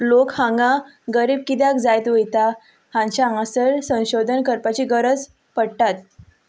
लोक हांगा गरीब कित्याक जायीत वयता हांचें हांगासर संशोधन करपाची गरज पडटाच